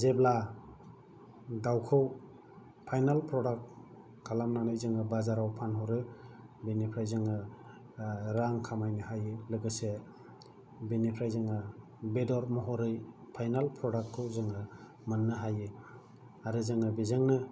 जेब्ला दाउखौ final product खालामनानै जोङो बाजाराव फानहरो बिनिफ्राय जोङो रां खामायनो हायो लोगोसे बिनिफ्राय जोङो बेदर महरै फाइनाल प्रडाक्टखौ जोङो मोननो हायो आरो जोङो बेजोंनो